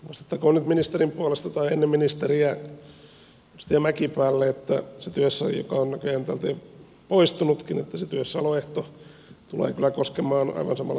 vastattakoon nyt ministerin puolesta tai ennen ministeriä edustaja mäkipäälle joka on näköjään täältä jo poistunutkin että se työssäoloehto tulee kyllä koskemaan aivan samalla tavalla suomalaisia